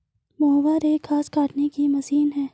mower एक घास काटने की मशीन है